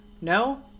No